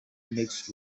mixed